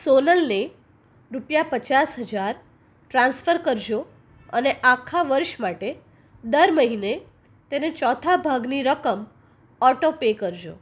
સોનલને રૂપિયા પચાસ હજાર ટ્રાન્સફર કરજો અને આખા વર્ષ માટે દર મહિને તેને ચોથા ભાગની રકમ ઓટો પે કરજો